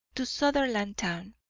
to sutherlandtown,